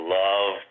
love